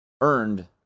earned